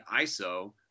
ISO